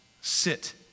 sit